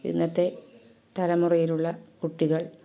ഇന്നത്തെ തലമുറയിലുള്ള കുട്ടികൾ